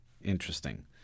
Interesting